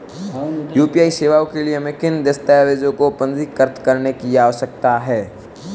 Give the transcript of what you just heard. UPI सेवाओं के लिए हमें किन दस्तावेज़ों को पंजीकृत करने की आवश्यकता है?